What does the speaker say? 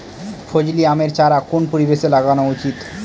ফজলি আমের চারা কোন পরিবেশে লাগানো উচিৎ?